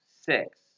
Six